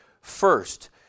First